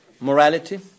morality